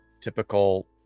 typical